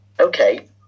Okay